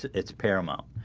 it's paramount,